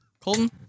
Colton